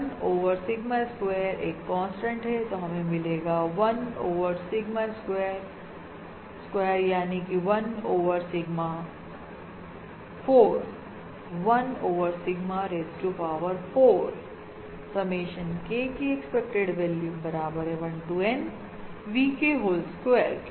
1 over sigma square एक constant हैतो हमें मिलेगा 1 ओवर सिग्मा स्क्वायर स्क्वायर यानी कि 1 over sigma 4 1 over sigma raise to power 4 summation K की एक्सपेक्टेड वैल्यू बराबर है 1 to N VK whole square